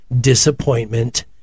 disappointment